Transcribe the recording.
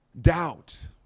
doubt